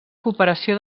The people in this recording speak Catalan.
cooperació